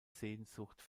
sehnsucht